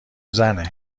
زنه